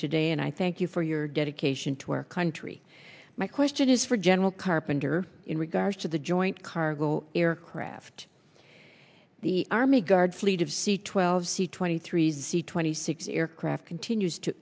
today and i thank you for your dedication to our country my question is for gen carpenter in regards to the joint cargo aircraft the army guard fleet of c twelve c twenty three c twenty six aircraft continues to